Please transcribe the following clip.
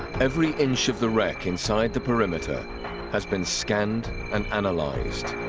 every inch of the wreck inside the perimeter has been scanned and analyzed